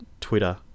Twitter